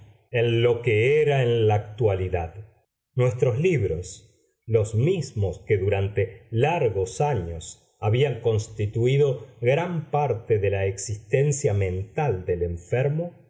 en lo que era en la actualidad nuestros libros los mismos que durante largos años habían constituído gran parte de la existencia mental del enfermo